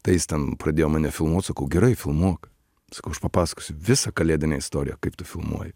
tai jis ten pradėjo mane filmuot sakau gerai filmuok sakau aš papasakosiu visą kalėdinę istoriją kaip tu filmuoji